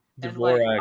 Dvorak